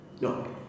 No